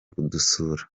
kudusura